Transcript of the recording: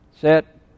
set